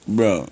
Bro